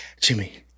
Jimmy